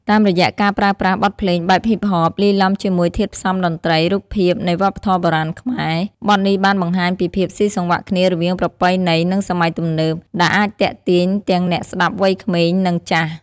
តាមរយៈការប្រើប្រាស់បទភ្លេងបែបហ៊ីបហប លាយឡំជាមួយធាតុផ្សំតន្ត្រី រូបភាពនៃវប្បធម៌បុរាណខ្មែរ បទនេះបានបង្ហាញពីភាពស៊ីសង្វាក់គ្នារវាងប្រពៃណី និងសម័យទំនើប ដែលអាចទាក់ទាញទាំងអ្នកស្តាប់វ័យក្មេង និងចាស់។